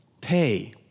Pay